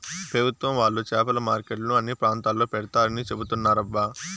పెభుత్వం వాళ్ళు చేపల మార్కెట్లను అన్ని ప్రాంతాల్లో పెడతారని చెబుతున్నారబ్బా